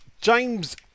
James